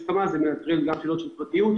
כשיש הסכמה זה מנטרל שאלות של פרטיות.